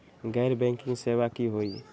गैर बैंकिंग सेवा की होई?